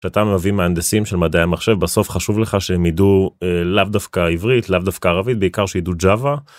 אתה מביא מהנדסים של מדעי המחשב בסוף חשוב לך שהם ידעו לאו דווקא עברית לאו דווקא ערבית בעיקר שידעו ג׳אווה